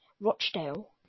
Rochdale